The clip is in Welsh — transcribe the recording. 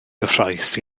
gyffrous